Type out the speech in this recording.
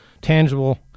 tangible